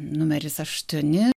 numeris aštuoni